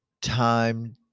time